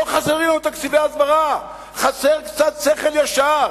לא חסרים לנו תקציבי הסברה, חסר קצת שכל ישר.